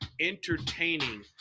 entertaining